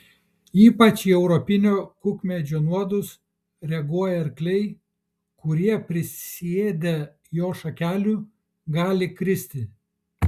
ypač į europinio kukmedžio nuodus reaguoja arkliai kurie prisiėdę jo šakelių gali kristi